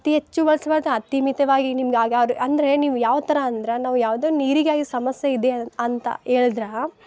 ಅತಿ ಹೆಚ್ಚು ವಾಸವಾದ ಅತಿ ಮಿತವಾಗಿ ನಿಮ್ಗೆ ಆಗಿ ಯಾರು ಅಂದರೆ ನೀವು ಯಾವ್ಥರ ಅಂದ್ರೆ ನಾವು ಯಾವುದೋ ನೀರಿಗಾಗಿ ಸಮಸ್ಯೆ ಇದೆ ಅಂತ ಹೇಳಿದ್ರ